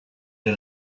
the